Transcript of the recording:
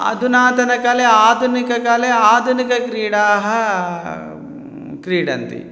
अधुनातनकाले आधुनिककाले आधुनिकक्रीडाः क्रीडन्ति